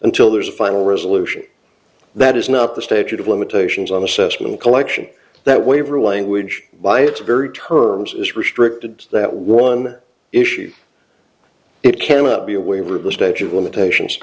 until there is a final resolution that is not the statute of limitations on assessment collection that waiver language by its very terms is restricted to that one issue it cannot be a waiver of the stage of limitations